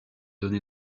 donné